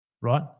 right